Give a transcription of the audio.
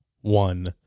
one